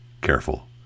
careful